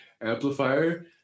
amplifier